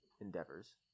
endeavors